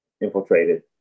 infiltrated